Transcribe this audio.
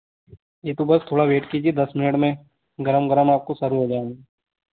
यह तो बस थोड़ा वेट कीजिए दस मिनट में गर्म गर्म आपको सर्व हो जाएँगे